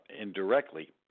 indirectly